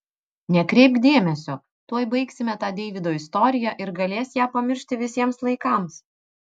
nekreipk dėmesio tuoj baigsime tą deivydo istoriją ir galės ją pamiršti visiems laikams